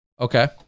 Okay